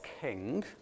King